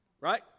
Right